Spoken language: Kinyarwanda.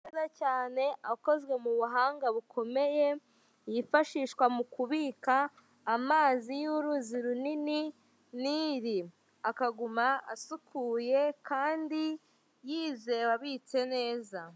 Aho bacururiza amata hari icyuma babikamo amata, amagi abiri ateretse ku meza igikarito cy'amazi ya nili giteretse kuri kontwari mo imbere muri etajeri harimo amajerekani atatu y'umweru.